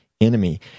Enemy